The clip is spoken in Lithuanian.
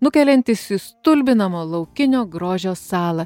nukeliantis į stulbinamą laukinio grožio salą